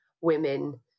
women